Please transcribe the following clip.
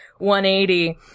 180